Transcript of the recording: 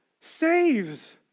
saves